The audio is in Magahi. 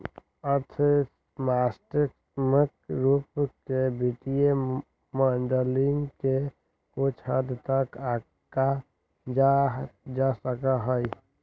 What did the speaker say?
अर्थ मात्रात्मक रूप से वित्तीय मॉडलिंग के कुछ हद तक आंका जा सका हई